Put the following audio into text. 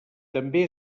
també